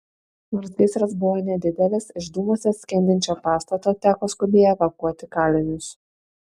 nors gaisras buvo nedidelis iš dūmuose skendinčio pastato teko skubiai evakuoti kalinius